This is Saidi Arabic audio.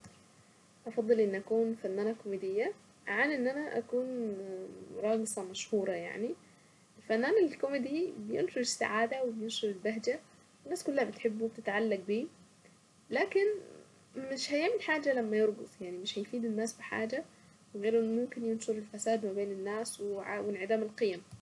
افضل اني اكون فنانة كوميدية عن ان انا اكون راقصة مشهورة يعني. الفنان الكوميدي بينشر السعادة وبينشر البهجة. الناس كلها بتحبه وبتتعلق بيه، لكن مش هيعمل حاجة لما يرقص يعني مش هيفيد الناس ب حاجة غير انه ممكن ينشر الفساد ما بين الناس وانعدام القيم.